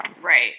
Right